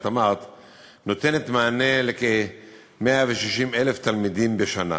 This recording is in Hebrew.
כשאימא פלסטינית נשואה לתושב או אזרח ערבי ישראלי,